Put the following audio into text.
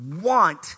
want